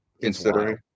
considering